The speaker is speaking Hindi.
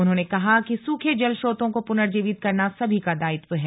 उन्होंने कहा कि सूखे जल स्रोतों को पुनर्जीवित करना सभी का दायित्व है